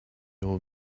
old